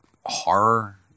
horror